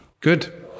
Good